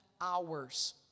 hours